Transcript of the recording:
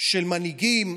של מנהיגים,